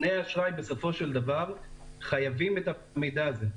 נותני אשראי בסופו של דבר חייבים את המידע הזה,